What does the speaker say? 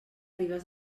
ribes